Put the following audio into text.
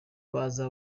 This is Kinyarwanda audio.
baza